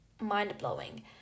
mind-blowing